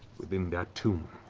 within that tomb